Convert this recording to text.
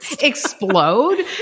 explode